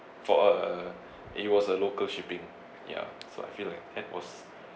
for a it was a local shipping ya so I feel like that was